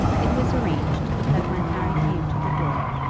it was arranged that when harry came to the door,